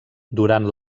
durant